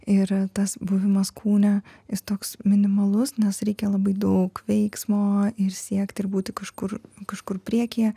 ir tas buvimas kūne jis toks minimalus nes reikia labai daug veiksmo ir siekti ir būti kažkur kažkur priekyje